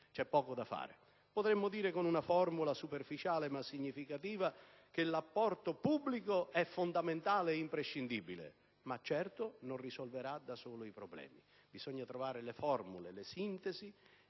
c'è poco da fare. Potremmo dire, con una formula superficiale ma significativa, che l'apporto pubblico è fondamentale e imprescindibile, ma certo non risolverà da solo i problemi. Bisogna trovare le formule, le sintesi,